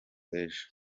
w’ejo